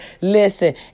Listen